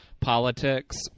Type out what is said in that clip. politics